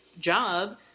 job